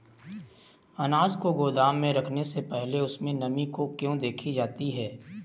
अनाज को गोदाम में रखने से पहले उसमें नमी को क्यो देखी जाती है?